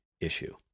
issue